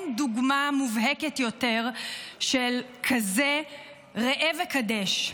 דוגמה מובהקת יותר של "כזה ראה וקדש".